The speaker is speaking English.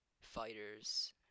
fighters